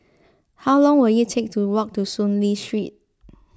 how long will it take to walk to Soon Lee Street